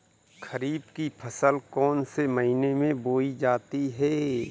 खरीफ की फसल कौन से महीने में बोई जाती है?